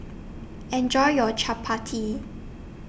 Enjoy your Chapati